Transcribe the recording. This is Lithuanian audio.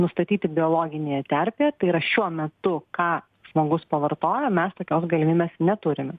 nustatyti biologinėje terpėje tai yra šiuo metu ką žmogus pavartoja mes tokios galimybės neturime